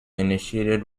initiated